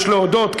יש להודות,